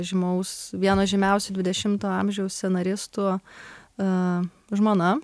žymaus vieno žymiausių dvidešimtojo amžiaus scenaristų a žmona